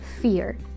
fear